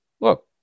look